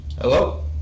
Hello